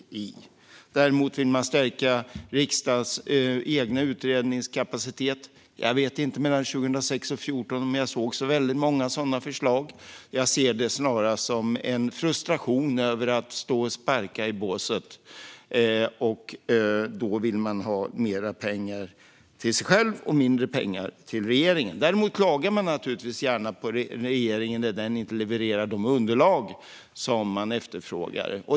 Jag vet inte om jag däremot såg så många förslag om att stärka riksdagens egen utredningskapacitet mellan 2006 och 2014, utan jag ser detta snarast som en frustration över att man står och sparkar i båset. Då vill man ha mer pengar till sig själv och mindre pengar till regeringen. Däremot klagar man naturligtvis gärna på regeringen när den inte levererar de underlag som man efterfrågar.